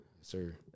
Sir